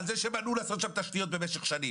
על זה שהם מנעו מלעשות שם תשתיות במשך שנים.